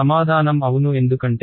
సమాధానం అవును ఎందుకంటే